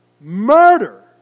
murder